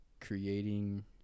creating